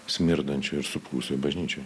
smirdančioj ir supuvusioj bažnyčioj